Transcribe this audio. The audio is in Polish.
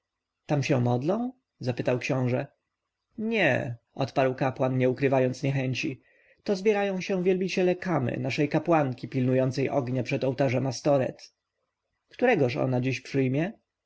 tam się modlą zapytał książę nie odparł kapłan nie ukrywając niechęci to zbierają się wielbiciele kamy naszej kapłanki pilnującej ognia przed ołtarzem astoreth któregoż ona dziś przyjmie